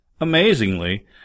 Amazingly